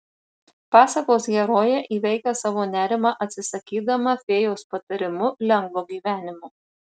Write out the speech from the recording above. pasakos herojė įveikia savo nerimą atsisakydama fėjos patarimu lengvo gyvenimo